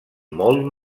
molt